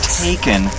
taken